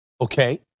okay